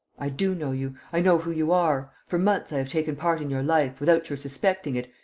i do know you. i know who you are. for months, i have taken part in your life, without your suspecting it.